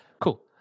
cool